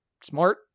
smart